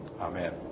Amen